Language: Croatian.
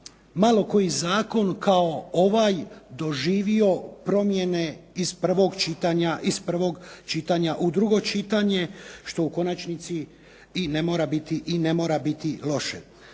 malo koji zakon kao ovaj doživio promjene iz prvog čitanja, iz prvog čitanja u drugo čitanje što u konačnici i ne mora biti loše.